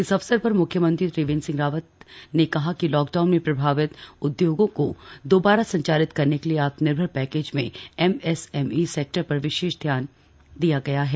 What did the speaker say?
इस अवसर पर म्ख्यमंत्री त्रिवेंद्र सिंह ने कहा कि लॉकडाउन में प्रभावित उद्योगों को दोबारा संचालित करने के लिए आत्मनिर्भर पैकेज में एमएसएमई सेक्टर पर विशेष ध्यान दिया गया है